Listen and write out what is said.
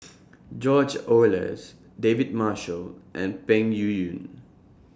George Oehlers David Marshall and Peng Yuyun